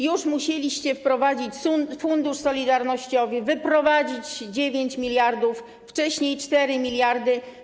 Już musieliście wprowadzić Fundusz Solidarnościowy, wyprowadzić 9 mld, wcześniej 4 mld.